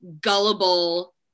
gullible